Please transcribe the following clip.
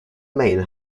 main